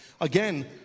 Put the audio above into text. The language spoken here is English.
Again